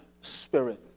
spirit